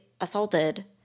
assaulted